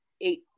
eight